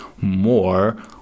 more